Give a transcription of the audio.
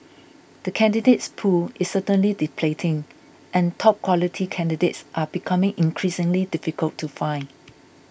the candidates pool is certainly depleting and top quality candidates are becoming increasingly difficult to find